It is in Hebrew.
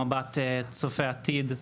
במבט צופה עתיד,